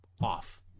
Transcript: off